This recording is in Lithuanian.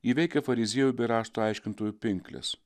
įveikia fariziejų bei rašto aiškintojų pinkles